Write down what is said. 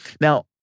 Now